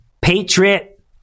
patriot